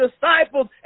disciples